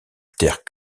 terre